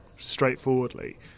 Straightforwardly